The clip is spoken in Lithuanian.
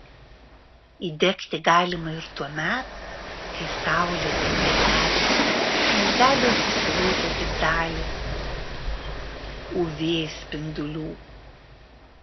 įdegti galima ir tuomet kai saulę dengia debesys nes debesys sulaiko tik dalį uv spindulių